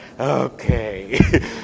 Okay